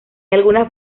algunas